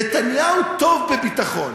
נתניהו טוב בביטחון.